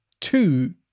two